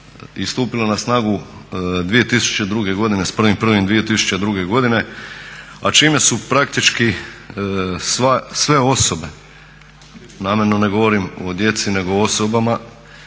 i stupila na snagu 2002.godine s 1.1.2002.godine a čime se praktički sve osobe, namjerno ne govorim o djeci nego o osobama,